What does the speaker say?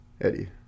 Eddie